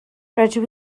rydw